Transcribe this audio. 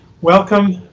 Welcome